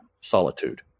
solitude